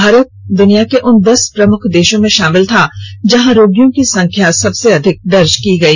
भारत दुनिया के उन दस प्रमुख देशों में शामिल था जहां रोगियों की संख्या सबसे अधिक दर्ज की गई